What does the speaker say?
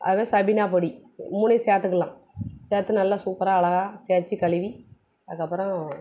அதுமாரி சபீனா பொடி மூணையும் சேர்த்துக்கலாம் சேர்த்து நல்லா சூப்பராக அழகா தேய்ச்சு கழுவி அதற்கப்றோம்